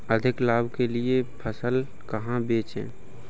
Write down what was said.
अधिक लाभ के लिए फसल कहाँ बेचें?